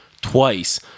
twice